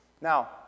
Now